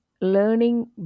learning